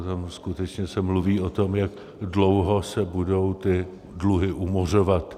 Tam skutečně se mluví o tom, jak dlouho se budou ty dluhy umořovat.